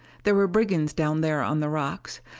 there were brigands down there on the rocks.